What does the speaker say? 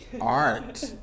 art